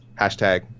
hashtag